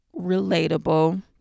relatable